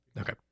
Okay